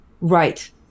right